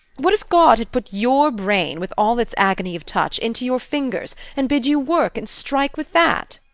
what if god had put your brain, with all its agony of touch, into your fingers, and bid you work and strike with that?